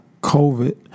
COVID